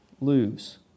lose